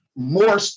more